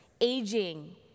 Aging